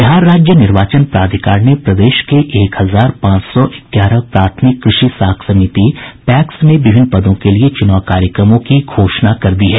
बिहार राज्य निर्वाचन प्राधिकार ने प्रदेश के एक हजार पांच सौ ग्यारह प्राथमिक कृषि साख समिति पैक्स के विभिन्न पदों के लिए च्रनाव कार्यक्रमों की घोषणा कर दी है